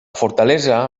fortalesa